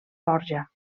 borja